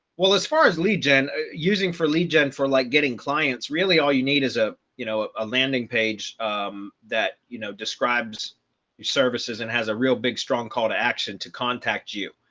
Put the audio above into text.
well, as far as lead gen using for lead gen for like getting clients really all you need is a, you know, a landing page that you know, describes your services and has a real big strong call to action to contact you.